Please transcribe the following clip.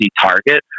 target